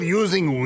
using